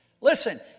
Listen